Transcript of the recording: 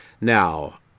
Now